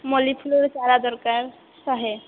ମଲ୍ଲୀଫୁଲର ଚାରା ଦରକାର ଶହେ